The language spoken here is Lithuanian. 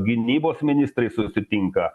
gynybos ministrai susitinka